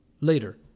Later